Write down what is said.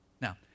Now